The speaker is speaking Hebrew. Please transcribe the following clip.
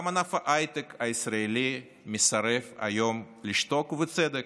גם ענף ההייטק הישראלי מסרב היום לשתוק, ובצדק,